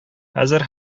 хәзер